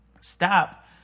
stop